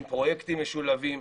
עם פרויקטים משולבים.